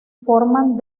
forman